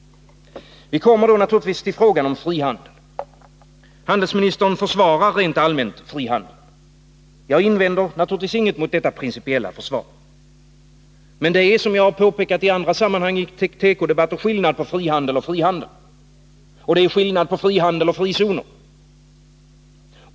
Vi kommer då naturligtvis till frågan om frihandel. Handelsministern försvarar rent allmänt frihandeln. Jag invänder naturligtvis inget mot detta principiella försvar. Men det är, som jag påpekat i andra sammanhang i tekodebatter, skillnad på frihandel och frihandel. Det är skillnad på frihandel och frizoner.